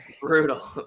brutal